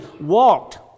walked